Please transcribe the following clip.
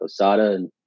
Osada